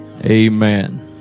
amen